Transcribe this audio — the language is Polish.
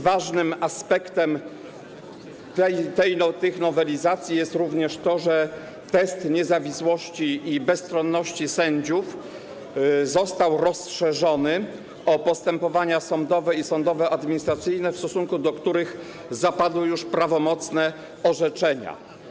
Ważnym aspektem tych nowelizacji jest również to, że test niezawisłości i bezstronności sędziów został rozszerzony o postępowania sądowe i sądowoadministracyjne, w stosunku do których zapadły już prawomocne orzeczenia.